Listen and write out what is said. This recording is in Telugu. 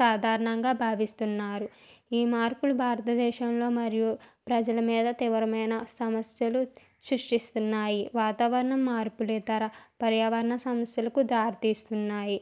సాధారణంగా భావిస్తున్నారు ఈ మార్పులు భారతదేశంలో మరియు ప్రజల మీద తీవ్రమైన సమస్యలు సృష్టిస్తున్నాయి వాతావరణం మార్పులు ఇతర పర్యావరణ సమస్యలకు దారితీస్తున్నాయి